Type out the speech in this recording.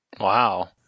Wow